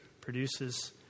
produces